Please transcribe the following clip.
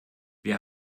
wir